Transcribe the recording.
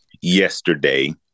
yesterday